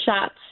shots